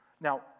Now